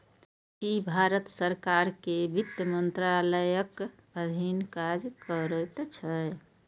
ई भारत सरकार के वित्त मंत्रालयक अधीन काज करैत छै